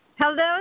Hello